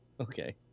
Okay